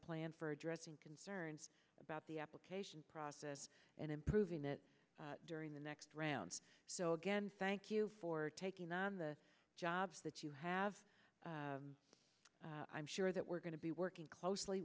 plan for addressing concerns about the application process and improving it during the next round again thank you for taking the jobs that you have i'm sure that we're going to be working closely